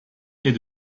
est